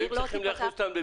אם הם צריכים להיות בבידוד,